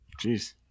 Jeez